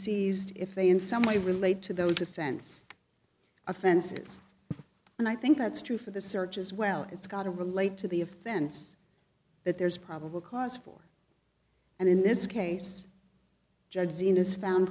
seized if they in some way relate to those offense offenses and i think that's true for the search as well it's got to relate to the offense that there's probable cause for and in this case judge xena's found